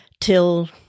till